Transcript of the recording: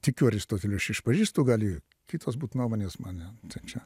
tikiu aristoteliu aš išpažįstu gal jį kitos būt nuomonės mane čia